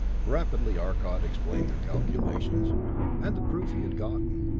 rapidly arcot explained their calculations and proof he had gotten.